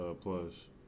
plus